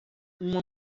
uma